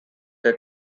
que